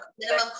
minimum